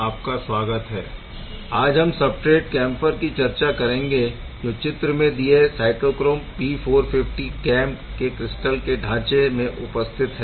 आज हम substrate camphor की चर्चा करेंगे जो चित्र में दिये साइटोक्रोम P450 cam के क्रिस्टल के ढाँचे में उपस्थित है